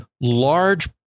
large